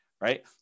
Right